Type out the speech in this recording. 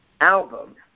album